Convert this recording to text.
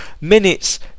minutes